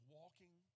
walking